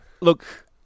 look